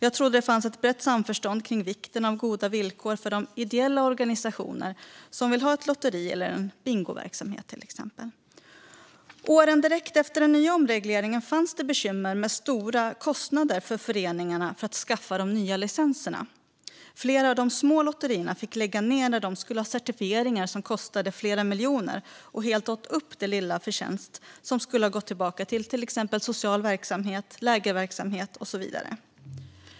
Jag trodde att det fanns ett brett samförstånd kring vikten av goda villkor för de ideella organisationer som vill ha ett lotteri eller en bingoverksamhet, till exempel. Åren direkt efter den nya omregleringen fanns det bekymmer med stora kostnader för föreningarna för att skaffa de nya licenserna. Flera av de små lotterierna fick lägga ned när de skulle ha certifieringar som kostade flera miljoner och helt åt upp den lilla förtjänst som skulle ha gått tillbaka till social verksamhet, lägerverksamhet och så vidare.